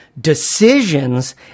decisions